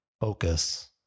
focus